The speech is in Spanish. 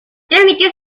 transmitió